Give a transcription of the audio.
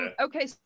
okay